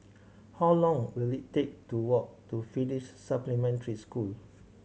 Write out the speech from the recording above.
how long will it take to walk to Finnish Supplementary School